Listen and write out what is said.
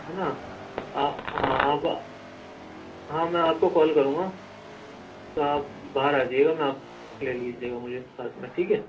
ہے نا آپ ہاں میں آپ کو کال کروں گا تو آپ باہر آجائیے گا میں آپ لے لیجئے گا مجھے ساتھ میں